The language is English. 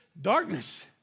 darkness